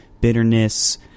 bitterness